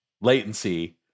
latency